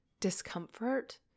discomfort